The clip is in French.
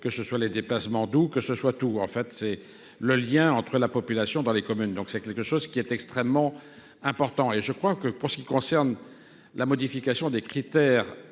que ce soit les déplacements doux, que ce soit tout en fait, c'est le lien entre la population dans les communes, donc c'est quelque chose qui est extrêmement important et je crois que pour ce qui concerne la modification des critères